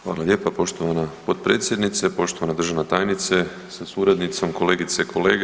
Hvala lijepa poštovana potpredsjednice, poštovana državna tajnice sa suradnicom, kolegice i kolege.